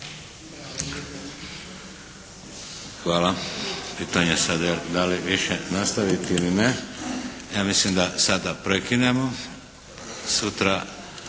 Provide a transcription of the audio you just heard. Hvala. Pitanje sada da li više nastaviti ili ne? Ja mislim da sada prekinemo. Sutra